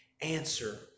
answer